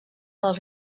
del